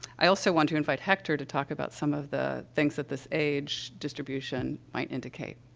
i also want to invite hector to talk about some of the things that this age distribution might indicate.